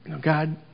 God